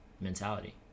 mentality